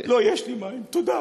יש לי מים, תודה.